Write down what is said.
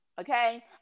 Okay